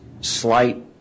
slight